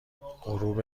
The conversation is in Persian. غروب